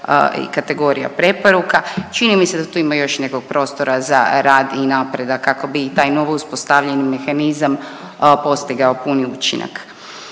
i kategorija preporuka. Čini mi se da tu ima još nekog prostora za rad i napredak kako bi i taj novo uspostavljeni mehanizam postigao puni učinak.